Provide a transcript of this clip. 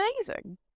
amazing